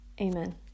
Amen